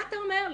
מה אתה אומר לי?